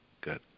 Good